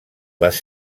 les